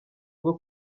rwo